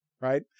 right